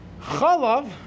Chalav